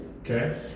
Okay